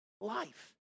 life